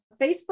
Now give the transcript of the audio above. Facebook